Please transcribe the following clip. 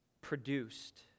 produced